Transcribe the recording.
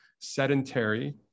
sedentary